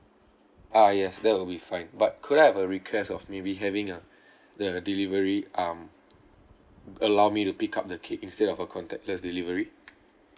ah yes that will be fine but could I have a request of maybe having a the delivery um allow me to pick up the cake instead of a contactless delivery